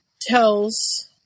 tells